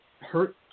hurt